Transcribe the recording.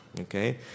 okay